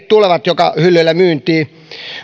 tulevat joka hyllylle myyntiin